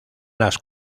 las